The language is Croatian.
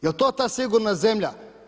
Jel to ta sigurna zemlja?